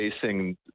facing